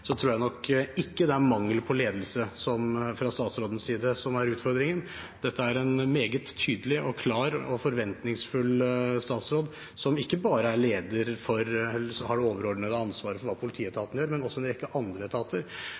tror jeg nok ikke det er mangel på ledelse fra statsrådens side som er utfordringen. Dette er en meget tydelig, klar og forventningsfull statsråd, som ikke bare har det overordnede ansvaret for det politietaten gjør, men også for en rekke andre etater.